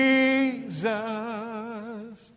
Jesus